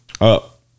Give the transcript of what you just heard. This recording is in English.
up